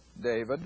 David